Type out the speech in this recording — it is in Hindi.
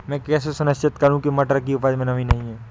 मैं कैसे सुनिश्चित करूँ की मटर की उपज में नमी नहीं है?